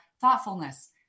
thoughtfulness